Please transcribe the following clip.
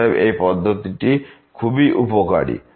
অতএব এই পদ্ধতিটি খুবই উপকারী